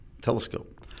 telescope